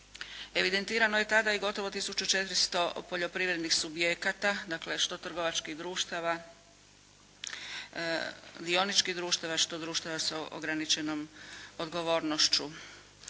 Evidentirano je tada i gotovo 1400 poljoprivrednih subjekata, dakle što trgovačkih društava, dioničkih društava, što društava s ograničenom odgovornošću.